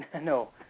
No